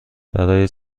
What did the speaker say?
برای